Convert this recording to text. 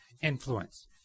influence